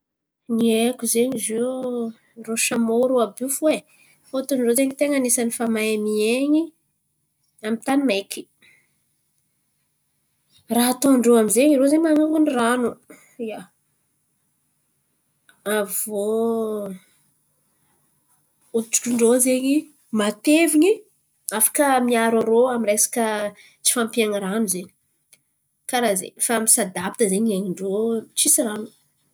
Ny haiko zen̈y zio irô samô rô àby io fo e fôtiny irô zen̈y tain̈a ny anisany fa mahay mihain̈y amy tany maiky raha ataon-drô amizay irô ze manangono ran̈o ia. Avo hoditrin-drô zen̈y matevin̈y afaka miaro rô amy resaka tsy fampian’ny ran̈o zen̈y karà ze fa misadapity zen̈y ain̈in-drô tsisy rano.